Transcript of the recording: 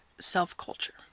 SELF-CULTURE